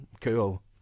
cool